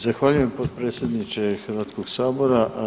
Zahvaljujem, potpredsjedniče Hrvatskog sabora.